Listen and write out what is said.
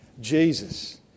Jesus